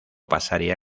pasaría